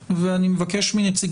אני מוציא מכאן קריאה ואני מבקש מנציגי